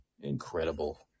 incredible